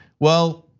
well,